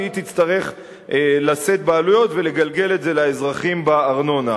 שהיא תצטרך לשאת בעלויות ולגלגל את זה לאזרחים בארנונה.